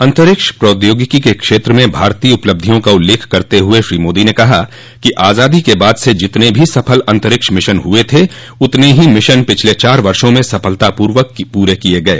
अंतरिक्ष प्रौद्योगिकी के क्षेत्र में भारतीय उपलब्धियों का उल्लेख करते हुए श्री मोदी ने कहा कि आजादी के बाद से जितने भी सफल अंतरिक्ष मिशन हुए थे उतने ही मिशन पिछले चार वर्षों में सफलतापूर्वक पूरे किए गए